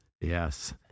Yes